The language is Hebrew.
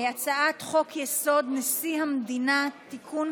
הצעת חוק-יסוד: נשיא המדינה (תיקון,